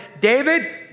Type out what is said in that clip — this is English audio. David